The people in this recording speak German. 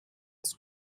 aus